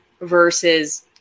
versus